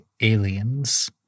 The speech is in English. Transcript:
aliens